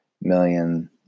million